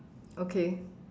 okay